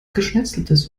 geschnetzeltes